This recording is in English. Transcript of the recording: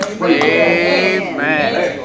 Amen